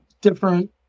different